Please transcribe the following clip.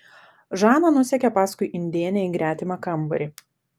žana nusekė paskui indėnę į gretimą kambarį